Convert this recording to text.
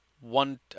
one